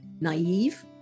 naive